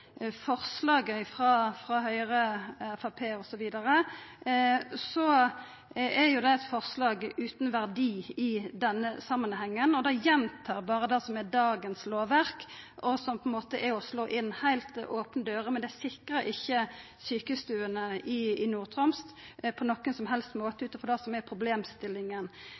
forslaget frå Høgre, Framstegspartiet osv., er jo det eit forslag utan verdi i denne samanhengen. Det gjentar berre det som er dagens lovverk, og slår inn heilt opne dører, men det sikrar ikkje sjukestuene i Nord-Troms på nokon som helst måte ut ifrå det som er problemstillinga.